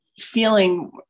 feeling